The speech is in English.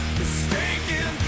mistaken